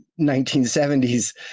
1970s